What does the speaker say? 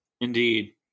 Indeed